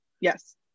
yes